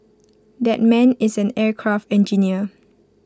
that man is an aircraft engineer